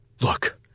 Look